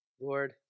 Lord